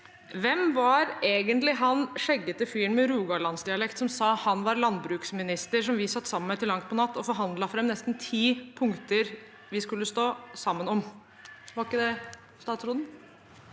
Hvem var egentlig han skjeggete fyren med rogalandsdialekt som sa han var landbruksminister, som vi satt sammen med til langt på natt og forhandlet fram nesten ti punkter vi skulle stå sammen om? Var ikke det statsråden?